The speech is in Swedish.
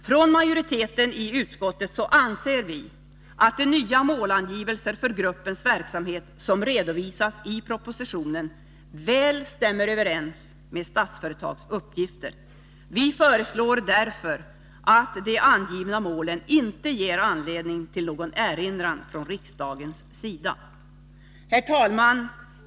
Inom majoriteten i utskottet anser vi att de nya målangivelser för gruppens verksamhet som redovisas i propositionen väl stämmer överens med Statsföretags uppgifter. Vi föreslår därför att de angivna målen inte ger anledning till någon erinran från riksdagens sida. Herr talman!